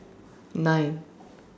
nine